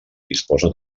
disposa